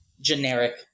generic